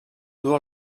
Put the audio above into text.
duu